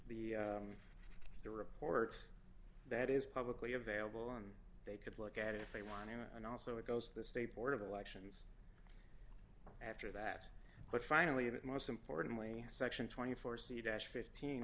were reports that is publicly available and they could look at it if they wanted and also it goes to the state board of elections after that but finally that most importantly section twenty four c dash fifteen